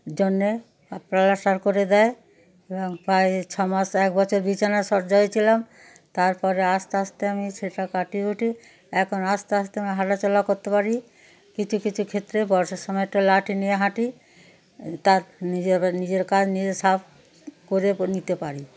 জন্যে প্লাস্টার করে দেয় এবং প্রায় ছ মাস এক বছর বিছানা শয্যা হয়ে ছিলাম তার পরে আস্তে আস্তে আমি সেটা কাটিয়ে উঠি এখন আস্তে আস্তে আমি হাঁটাচলা করতে পারি কিছু কিছু ক্ষেত্রে বর্ষার সময় একটা লাঠি নিয়ে হাঁটি তা নিজের বা নিজের কাজ নিজে সব করে নিতে পারি